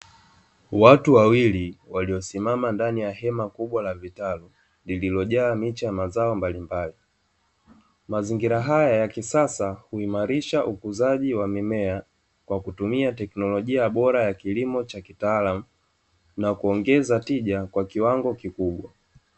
Watu wawili walio simama ndani ya hema, kubwa la vitalu liliojaa miche ya mazao mbalimbali. Mazingira haya ya kisasa, uimalishaji wa mimea kwa kutumia teknlojia bora ya kilimo cha kitaalamu na kuongeza tija kwa kiwango kikubwa.